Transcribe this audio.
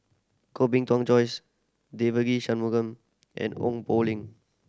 Koh Bee Tuan Joyce Devagi Sanmugam and Ong Poh Lim